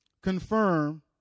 confirm